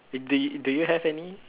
uh do do you have any